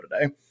today